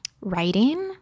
writing